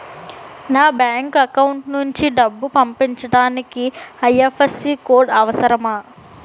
నా bank account నుంచి డబ్బు పంపించడానికి ఐ.ఎఫ్.ఎస్.సి కోడ్ అవసరమా?